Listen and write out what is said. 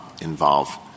involve